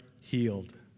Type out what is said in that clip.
healed